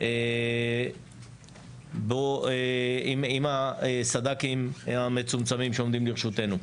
עם הסד"כים המצומצמים שעומדים לרשותנו.